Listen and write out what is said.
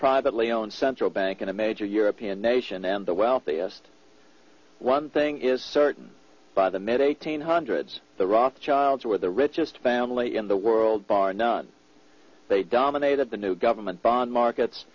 privately owned central bank in a major european nation and the wealthiest one thing is certain by the mid eighty's hundreds the rothschilds were the richest family in the world bar none they dominated the new government bond markets